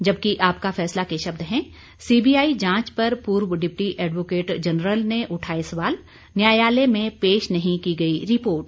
जबकि आपका फैसला के शब्द हैं सीबीआई जांच पर पूर्व डिप्टी एडवोकेट जनरल ने उठाए सवाल न्यायालय में पेश नहीं की गई रिपोर्ट